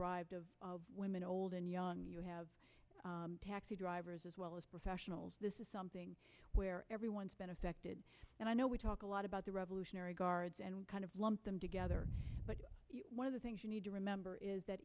you women old and young you have taxi drivers as well as professionals this is something where everyone's been affected and i know we talk a lot about the revolutionary guards and kind of lump them together but one of the things you need to remember is that